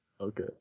Okay